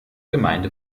gemeinde